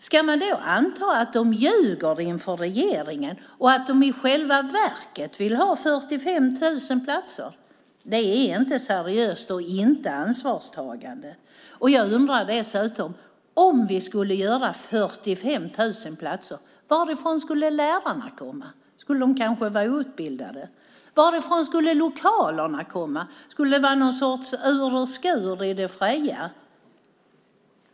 Ska man då anta att de ljuger inför regeringen och att de i själva verket vill ha 45 000 platser? Det är inte seriöst och inte ansvarstagande. Jag undrar dessutom varifrån lärarna skulle komma om vi skulle inrätta 45 000 platser. Skulle de kanske vara outbildade? Varifrån skulle lokalerna komma? Skulle det vara något slags Ur och Skur i det fria?